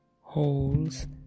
holes